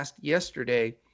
yesterday